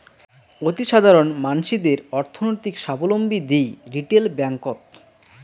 অতিসাধারণ মানসিদের অর্থনৈতিক সাবলম্বী দিই রিটেল ব্যাঙ্ককোত